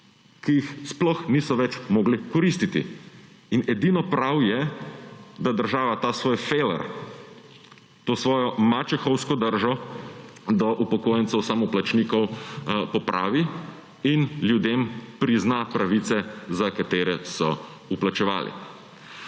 ki jih sploh niso več mogli koristiti. In edino prav je, da država ta svoj feler, to svojo mačehovsko držo do upokojencev samoplačnikov popravi in ljudem prizna pravice, za katere so vplačevali.